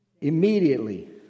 Immediately